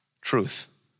truth